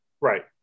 Right